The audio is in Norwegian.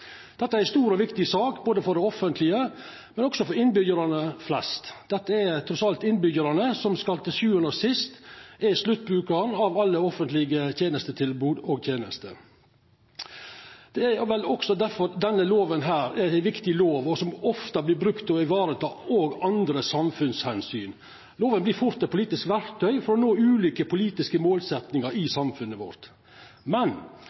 Dette er ei stor og viktig sak, både for det offentlege og for innbyggjarane flest. Det er trass alt innbyggjarane som til sjuande og sist er sluttbrukarane av alle offentlege tenestetilbod. Det er difor denne lova er ei viktig lov som ofte vert brukt til å vareta også andre samfunnsomsyn. Lova vert fort eit politisk verktøy for å nå ulike politiske målsetjingar i samfunnet vårt. Men